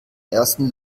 ersten